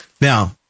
Now